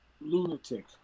lunatic